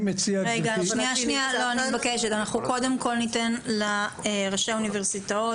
אנחנו קודם כל ניתן לראשי האוניברסיטאות